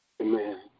Amen